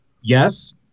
Yes